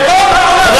כל העולם חושב,